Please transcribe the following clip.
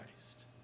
Christ